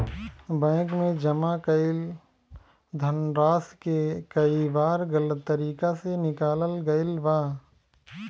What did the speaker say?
bank में जमा कईल धनराशि के कई बार गलत तरीका से निकालल गईल बा